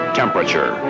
temperature